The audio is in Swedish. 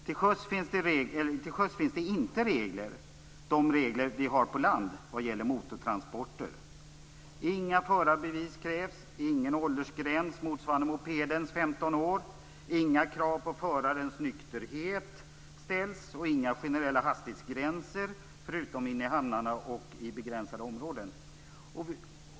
Till sjöss finns inte sådana regler som vi har på land vad gäller motortransporter. Inga förarbevis krävs, ingen åldersgräns motsvarande mopedens 15 år, inga krav på förarens nykterhet ställs, och det gäller inga generella hastighetsgränser, förutom inne i hamnarna och i begränsade områden.